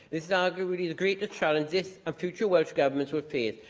this is arguably the greatest challenge this and future welsh governments will face.